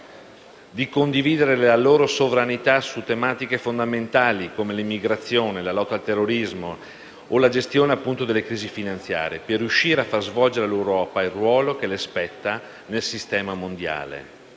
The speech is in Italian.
di condividere la loro sovranità su tematiche fondamentali, come l'emigrazione, la lotta al terrorismo o la gestione delle crisi finanziarie, per riuscire a far svolgere all'Europa il ruolo che le spetta nel sistema mondiale.